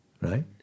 right